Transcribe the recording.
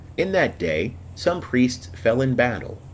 in that day some priests fell in battle,